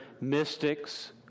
mystics